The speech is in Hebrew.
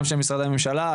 גם של משרדי הממשלה,